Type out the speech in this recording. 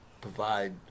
provide